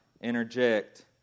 interject